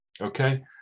Okay